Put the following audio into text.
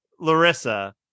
Larissa